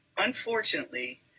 unfortunately